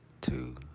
two